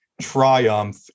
triumph